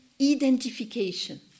identification